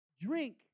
drink